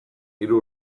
hiru